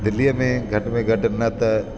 दिल्ली में घटि में घटि न त